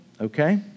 okay